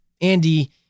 Andy